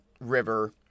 river